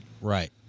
Right